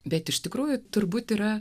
bet iš tikrųjų turbūt yra